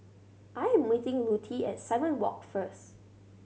I'm meeting Lutie at Simon Walk first